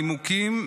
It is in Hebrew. הנימוקים,